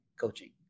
coaching